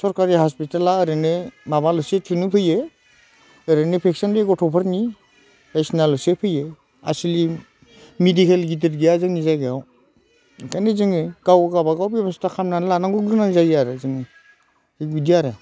सोरकारि हस्पिताला ओरैनो माबाल'सो थुनो फैयो ओरैनो भेक्सिन बे गथ'फोरनि भेक्सिनाल'सो फैयो आसलि मेडिकेल गिदिर गैया जोंनि जायगायाव ओंखायनो जोङो गाव गावबा गाव बेबस्ता खामनानै लानांगौ गोनां जायो आरो जोङो थिक बिदि आरो